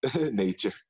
nature